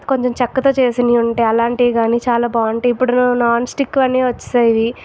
కొంచెం చెక్కతో చేసినవి ఉంటాయి అలాంటివి కానీ చాల బాగుంటాయి ఇప్పుడు నాన్ స్టిక్ అనే వచ్చేసినవి